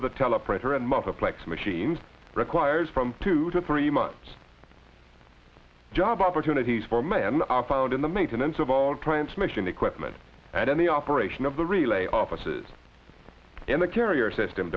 flex machines requires from two to three months job opportunities for man are found in the maintenance of all transmission equipment and in the operation of the relay offices in the carrier system